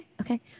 Okay